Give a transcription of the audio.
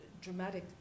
dramatic